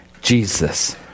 Jesus